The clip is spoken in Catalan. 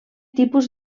tipus